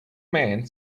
man